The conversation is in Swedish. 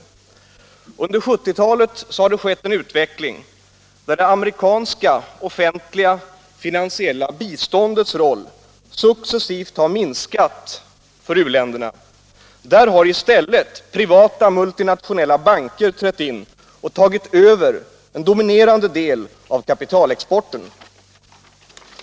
Under 1970-talet har det skett en utveckling där det amerikanska offentliga finansiella biståndets roll successivt har minskat för u-länderna. Där har i stället privata multinationella banker trätt in och tagit över en dominerande del av kapitalexporten.